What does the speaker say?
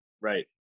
Right